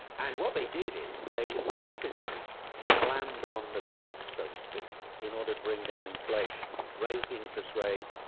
and what they did is they rapidly slammed on the brakes, so to speak, in order to bring down inflation, raised interest rates,